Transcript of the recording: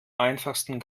einfachsten